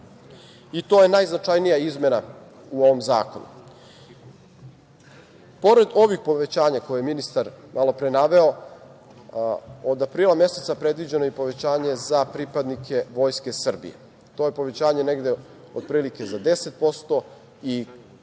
i to je najznačajnija izmena u ovom zakonu. Pored ovih povećanja koje je ministar malopre naveo, od aprila meseca predviđeno je i povećanje za pripadnike Vojske Srbije. To je povećanje negde za 10% i,